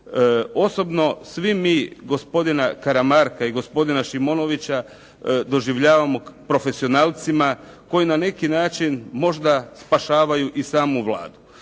Osobno, svi mi gospodina Karamarka i gospodina Šimonovića doživljavamo profesionalcima koji na neki način možda spašavaju i samu Vladu.